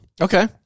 Okay